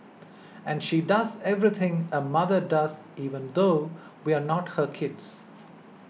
and she does everything a mother does even though we're not her kids